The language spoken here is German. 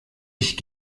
ich